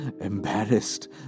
Embarrassed